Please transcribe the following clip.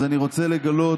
אז אני רוצה לגלות,